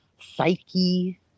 psyche